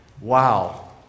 Wow